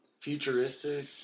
futuristic